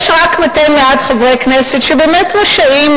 יש רק מתי מעט חברי כנסת שבאמת רשאים,